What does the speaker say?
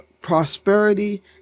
prosperity